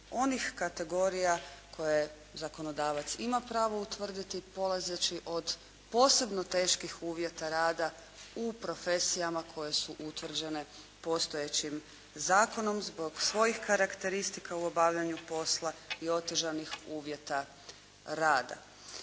onih kategorija koje zakonodavac ima pravo utvrditi polazeći od posebno teških uvjeta rada u profesijama koje su utvrđene postojećim zakonom zbog svojih karakteristika u obavljanju posla i otežanih uvjeta rada.